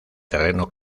terreno